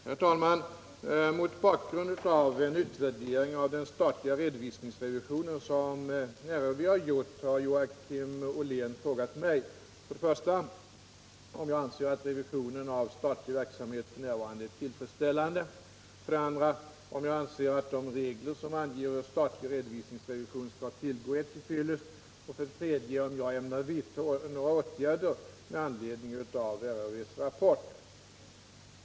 Herr talman! Mot bakgrund av en utvärdering av den statliga redovisningsrevisionen som riksrevisionsverket har gjort har Joakim Ollén frågat mig för det första om jag anser att revisionen av statlig verksamhet f. n. är tillfredsställande, för det andra om jag anser att de regler som anger hur statlig redovisningsrevision skall tillgå är till fyllest, för det tredje om jag ämnar vidtaga några åtgärder med anledning av riksrevisionsverkets rapport.